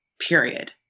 period